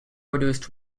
produced